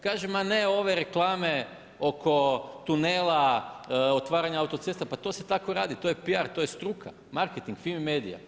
Kaže ma ne ove reklame oko tunela, otvaranja oko autocesta, pa to se tako redi, to je PR, to je struka, marketing FIMI-MEDIA.